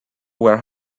were